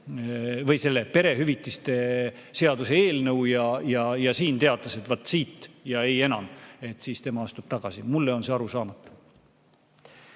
või selle perehüvitiste seaduse eelnõu ja siin teatas, et vaat siiani ja ei enam, siis tema astub tagasi. Mulle on see arusaamatu.